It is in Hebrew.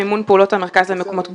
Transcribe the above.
מימון פעולות המרכז למקומות קדושים,